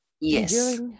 Yes